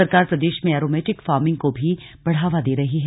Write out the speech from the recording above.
सरकार प्रदेश में ऐरोमेटिक फार्मिंग को भी बढ़ावा दे रही है